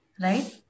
right